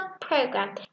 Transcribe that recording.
program